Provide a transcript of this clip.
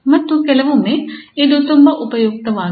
ಮತ್ತು ಕೆಲವೊಮ್ಮೆ ಇದು ತುಂಬಾ ಉಪಯುಕ್ತವಾಗಿದೆ